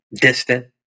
distant